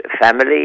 family